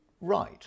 right